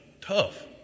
Tough